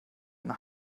eine